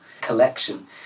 collection